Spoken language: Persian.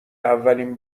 اولین